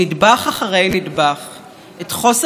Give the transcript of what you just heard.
המדומה של בית המשפט העליון שלנו,